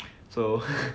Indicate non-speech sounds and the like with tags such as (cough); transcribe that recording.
so (laughs)